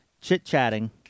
chit-chatting